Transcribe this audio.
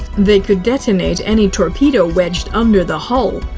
they could detonate any torpedo wedged under the hull.